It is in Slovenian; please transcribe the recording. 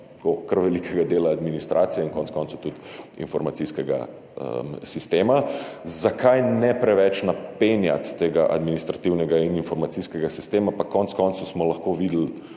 kar velikega dela administracije in konec koncev tudi informacijskega sistema. Zakaj ne preveč napenjati tega administrativnega in informacijskega sistema, smo pa konec koncev lahko videli